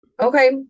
Okay